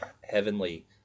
heavenly